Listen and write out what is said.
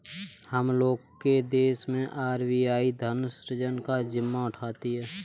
हम लोग के देश मैं आर.बी.आई धन सृजन का जिम्मा उठाती है